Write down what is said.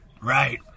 Right